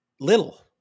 little